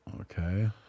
Okay